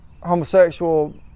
homosexual